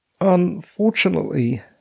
unfortunately